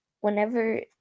whenever